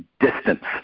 distance